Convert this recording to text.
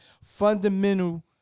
fundamental